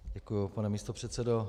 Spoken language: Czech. Děkuji, pane místopředsedo.